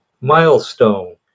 milestone